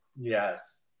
Yes